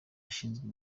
ushinzwe